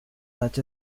such